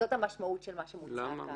זאת המשמעות של מה שמוצע כאן.